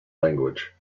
language